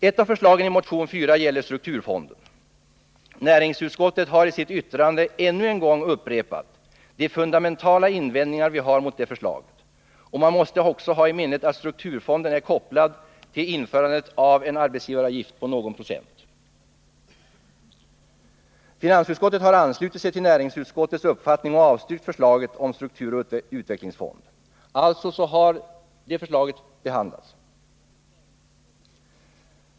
Ett av förslagen i motion 4 gäller strukturfonden. Näringsutskottet har i sitt yttrande ännu en gång upprepat de fundamentala invändningar man har mot detta förslag. Man måste också ha i minnet att strukturfonden är kopplad till införandet av en arbetsgivaravgift på någon procent. Finansutskottet har anslutit sig till näringsutskottets uppfattning och avstyrkt förslaget om strukturoch utvecklingsfond. Det förslaget har alltså behandlats.